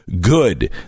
good